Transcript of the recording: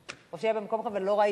פשוט זה היה במקום אחר ולא ראיתי,